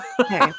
Okay